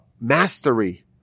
mastery